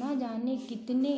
ना जाने कितने